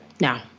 No